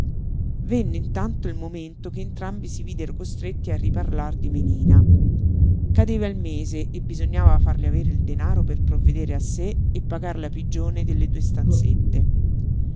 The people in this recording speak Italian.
venne intanto il momento che entrambi si videro costretti a riparlar di melina cadeva il mese e bisognava farle avere il denaro per provvedere a sé e pagar la pigione delle due stanzette